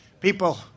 People